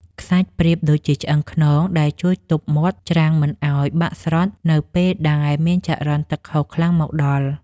ខ្សាច់ប្រៀបដូចជាឆ្អឹងខ្នងដែលជួយទប់មាត់ច្រាំងមិនឱ្យ បាក់ស្រុតនៅពេលដែលមានចរន្តទឹកហូរខ្លាំងមកដល់។